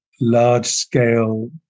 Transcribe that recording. large-scale